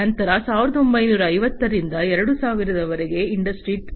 ನಂತರ 1950 ರಿಂದ 2000 ರವರೆಗೆ ಇಂಡಸ್ಟ್ರಿ 3